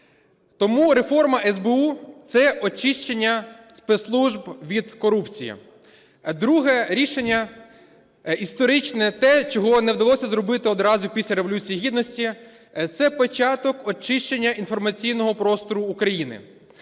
Тому реформа СБУ – це очищення спецслужб від корупції. Друге рішення історичне те, чого не вдалося зробити одразу після Революції Гідності, – це початок очищення інформаційного простору України.